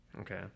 Okay